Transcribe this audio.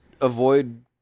avoid